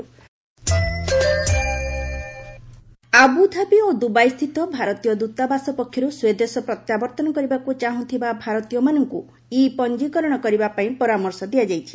Indian citizens return Abu Dhabi ଓ ଦୁବାଇସ୍ଥିତ ଭାରତୀୟ ଦୂତାବାସ ପକ୍ଷରୁ ସ୍ୱଦେଶ ପ୍ରତ୍ୟାବର୍ତ୍ତନ କରିବାକୁ ଚାହୁଁଥିବା ଭାରତୀୟମାନଙ୍କୁ ଇ ପଞ୍ଜିକରଣ କରିବା ପାଇଁ ପରାମର୍ଶ ଦିଆଯାଇଛି